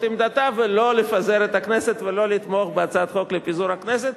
עמדתה ולא לפזר את הכנסת ולא לתמוך בהצעת חוק לפיזור הכנסת.